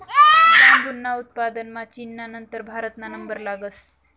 बांबूना उत्पादनमा चीनना नंतर भारतना नंबर लागस